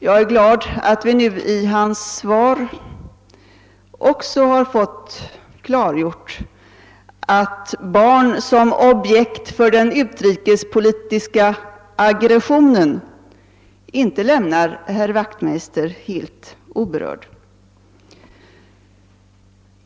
Jag är glad att vi nu av hans replik också har fått klargjort att barn som objekt för den utrikespolitiska aggressionen inte lämnar herr Wachtmeister helt oberörd.